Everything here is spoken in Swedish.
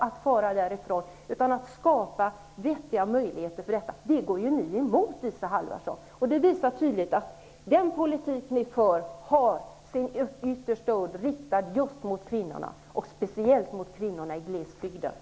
Att ni går emot detta, Isa Halvarsson, visar tydligt att den politik som ni för ytterst har sin udd riktad mot kvinnorna, speciellt mot kvinnorna i glesbygden.